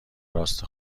راست